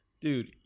Dude